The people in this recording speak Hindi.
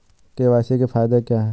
के.वाई.सी के फायदे क्या है?